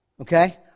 okay